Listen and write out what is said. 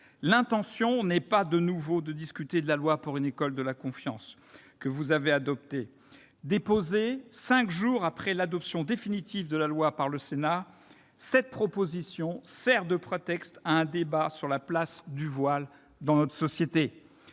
L'intention n'est pas de discuter de nouveau de la loi dite « pour une école de la confiance » que vous avez adoptée. Déposé cinq jours après l'adoption définitive de la loi par le Sénat, ce texte sert de prétexte à un débat sur la place du voile dans notre société.